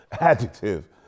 Adjective